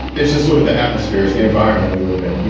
it's just sort of the atmosphere is the environment we live in. you